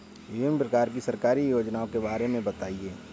विभिन्न प्रकार की सरकारी योजनाओं के बारे में बताइए?